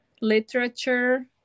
literature